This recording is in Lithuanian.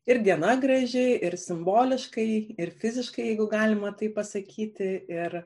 ir diena graži ir simboliškai ir fiziškai jeigu galima taip pasakyti ir